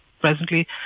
presently